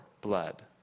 blood